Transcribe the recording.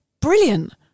brilliant